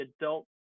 adult